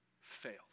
fails